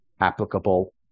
applicable